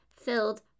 filled